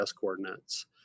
coordinates